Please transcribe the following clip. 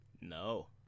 No